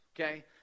okay